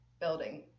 building